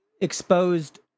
exposed